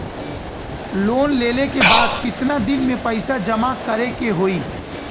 Loan लेले के बाद कितना दिन में पैसा जमा करे के होई?